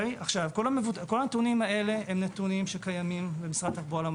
כל הנתונים האלה קיימים במשרד התחבורה.